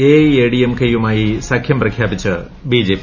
A I A D M കെയുമായി സഖ്യം പ്രഖ്യാപിച്ച് ബി ജെ പി